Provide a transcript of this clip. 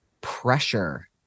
pressure